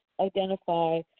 identify